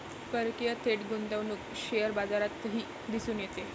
परकीय थेट गुंतवणूक शेअर बाजारातही दिसून येते